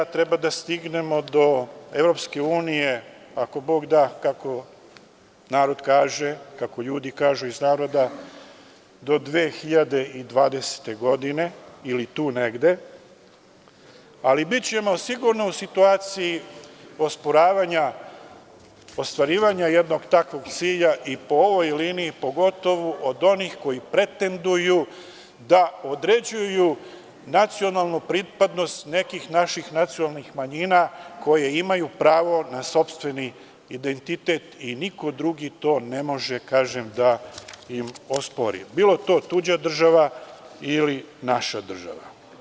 Treba da stignemo do EU, ako Bog da kako narod kaže, kako ljudi iz naroda kažu do 2020. godine ili tu negde, ali bićemo sigurno u situaciji osporavanja ostvarivanja jednog takvog cilja i po ovoj liniji, pogotovo od onih koji pretenduju da određuju nacionalnu pripadnost nekih naših nacionalnih manjina koje imaju pravo na sopstveni identitet i niko drugi to ne može, kažem, da im ospori, bilo to tuđa država ili naša država.